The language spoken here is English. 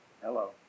Hello